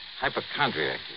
Hypochondriac